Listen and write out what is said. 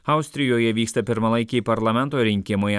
austrijoje vyksta pirmalaikiai parlamento rinkimai